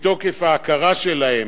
מתוקף ההכרה שלהם,